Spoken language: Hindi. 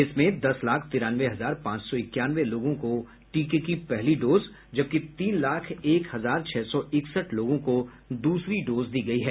इसमें दस लाख तिरानवे हजार पांच सौ इक्यानवे लोगों को टीके की पहली डोज जबकि तीन लाख एक हजार छह सौ इकसठ लोगों को द्रसरी डोज दी गयी है